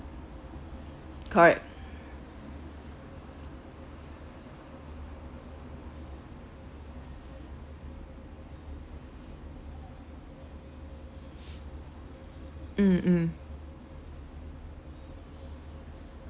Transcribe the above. correct mm mm